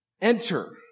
enter